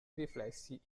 riflessi